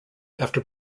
after